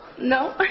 No